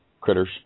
critters